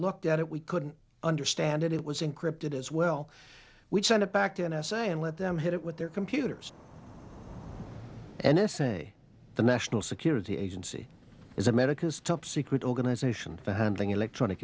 looked at it we couldn't understand it it was encrypted as well we sent it back to n s a and let them hit it with their computers n s a the national security agency is america's top secret organization for handling electronic